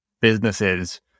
businesses